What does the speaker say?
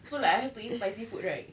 so like I have to eat spicy food right